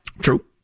True